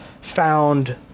found